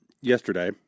yesterday